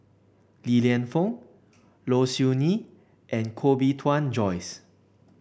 Li Lienfung Low Siew Nghee and Koh Bee Tuan Joyce